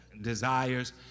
desires